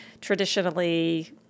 traditionally